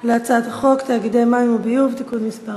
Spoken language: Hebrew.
על הצעת חוק תאגידי מים וביוב (תיקון מס'